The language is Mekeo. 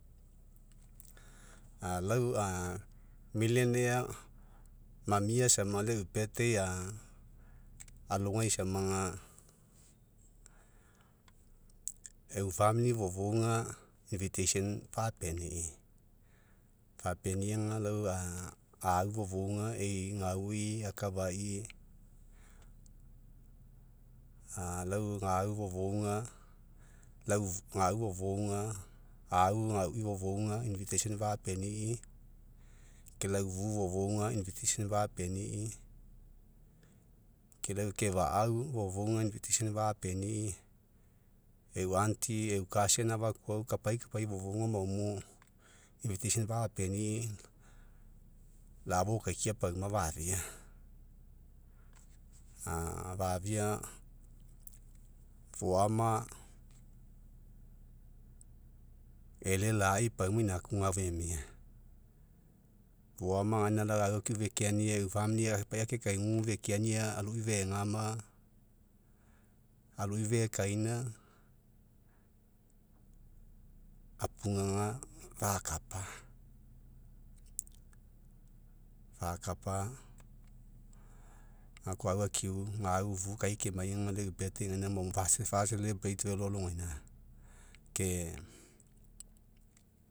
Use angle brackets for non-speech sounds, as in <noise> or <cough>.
A lau a, <unintelligible> mamia sama, lau eu <unintelligible> <hesitation> alogai samaga, eu <unintelligible> fofouga <unintelligible> fapeni'i, fapeni'i ga, lau <hesitation> aufofouga ei, gaui, afakai, a lau gau fofouga, <hesitation> lau gou fofouga, au goui fofouga <unintelligible> fapeni, ke lau ufu'u fofouga <unintelligible> fapeni, ke lau ekefa; au fofouga <unintelligible> eu <unintelligible> afakuau kapai fofouga maoaimo, <unintelligible> fapeni, la'afou akakia pauma fafia. <hesitation> fafia, foama e'elelai pauma igakuga femia, foama gaina, lau au akiu fekeania, eu <unintelligible> kapai ake kaigugu fekeania, aloi fegama, aloi fekaina, apuga ga, fakapa, fokapa, gakoa au akiu, gau, ufu'u kai kemai ga, lau eu <unintelligible> maoai <hesitation> fa <unintelligible> velo alogaina, ke.